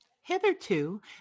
Hitherto